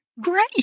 Great